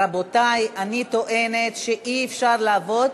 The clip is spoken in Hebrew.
רבותי, אני טוענת שאי-אפשר לעבוד